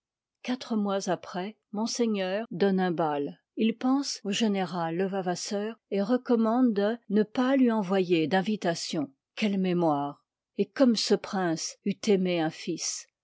quatre mois après de nebal il pense au général levavasseur n part et recommande de ne pas lui ens oyer liv l d'invitation quelle mémoire et comme ce prince eût aimé un fils